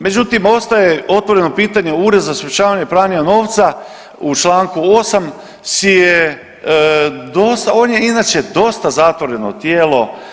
Međutim, ostaje otvoreno pitanje Ured za sprječavanje pranja novca u članku 8. si je dosta, on je inače dosta zatvoreno tijelo.